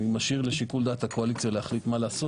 אני משאיר לשיקול דעת הקואליציה להחליט מה לעשות